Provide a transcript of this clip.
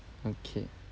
okay